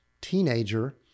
teenager